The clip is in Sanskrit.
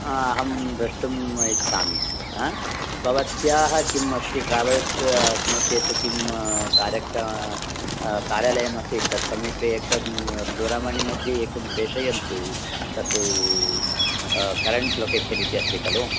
अहं द्रष्टुम् इच्छामि भवत्याः किम् अस्ति ट्रावेल्स् नो चेत् किं कार्यक्रमः कार्यालयमस्ति तत् समीपे एक दूरवाणीमध्ये एकं प्रेषयन्तु तत् करेण्ट् लोकेशन् इति अस्ति खलु